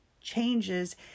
changes